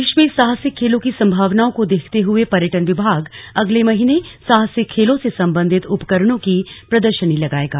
प्रदेश में साहसिक खेलों की संभावनाओं को देखते हुए पर्यटन विभाग अगले महीने साहसिक खेलों से संबंधित उपकरणों की प्रदर्शनी लगाएगा